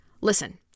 Listen